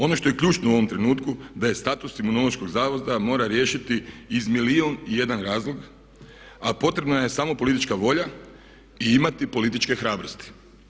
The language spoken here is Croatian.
Ono što je ključno u ovom trenutku, da je status Imunološkog zavoda mora riješiti iz milijun i jedan razlog a potrebna je samo politička volja i imati političke hrabrosti.